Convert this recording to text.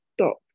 stop